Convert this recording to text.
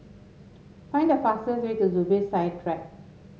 find the fastest way to Zubir Said Drive